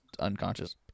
unconscious